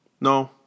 no